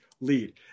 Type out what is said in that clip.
lead